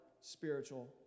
spiritual